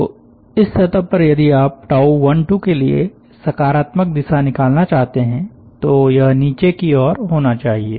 तो इस सतह पर यदि आप12के लिए सकारात्मक दिशा निकालना चाहते हैं तो यह नीचे की ओर होना चाहिए